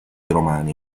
romani